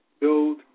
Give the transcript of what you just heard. build